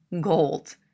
gold